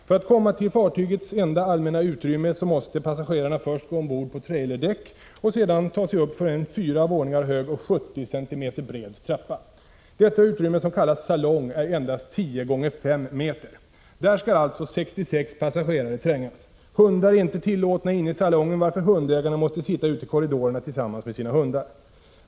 För att komma till fartygets enda allmänna utrymme måste passagerarna först gå ombord på trailerdäck och sedan ta sig uppför en fyra våningar hög och 70 cm bred trappa. Detta utrymme, som kallas salong, är endast 10x5 meter. Där skall alltså 66 passagerare trängas. Hundar är inte tillåtna inne i salongen, varför hundägarna måste sitta ute i korridorerna tillsammans med sina hundar.